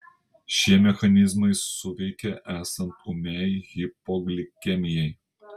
šie mechanizmai suveikia esant ūmiai hipoglikemijai